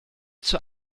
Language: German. zur